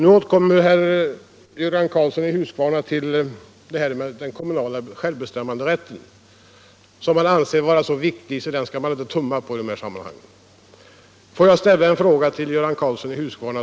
Nu återkommer herr Göran Karlsson i Huskvarna till detta med den kommunala självbestämmanderätten, som han anser vara så viktig att man inte skall tumma på den i detta sammanhang. Får jag ställa en fråga till herr Göran Karlsson.